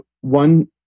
one